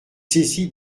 saisi